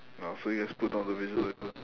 oh so you just pulled down the visualiser